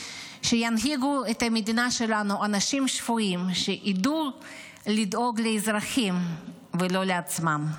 שינהיגו את המדינה שלנו אנשים שפויים שידעו לדאוג לאזרחים ולא לעצמם.